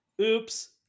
Oops